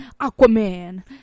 Aquaman